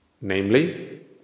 Namely